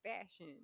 fashion